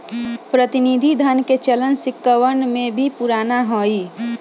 प्रतिनिधि धन के चलन सिक्कवन से भी पुराना हई